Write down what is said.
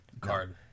card